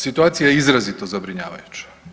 Situacija je izrazito zabrinjavajuća.